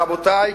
רבותי,